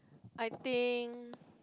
I think